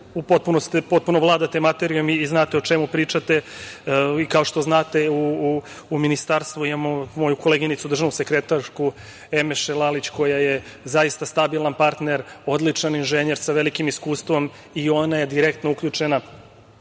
potpunosti vladate materijom i znate o čemu pričate. Kao što znate, u Ministarstvu imamo koleginicu državnu sekretarku Emeše Lalić, koja je zaista stabilan partner, odličan inženjer sa velikim iskustvom i ona je direktno uključena